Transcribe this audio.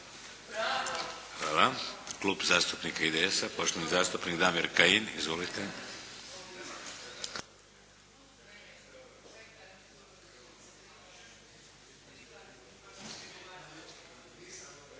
Hvala. Klub zastupnika IDS-a poštovani zastupnik Damir Kajin. Izvolite!